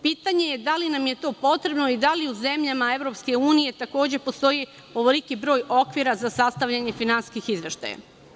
Pitanje je, da li nam je to potrebno i da li u zemljama EU takođe postoji ovoliki broj okvira za sastavljanje finansijskih izveštaja?